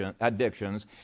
addictions